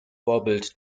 vorbild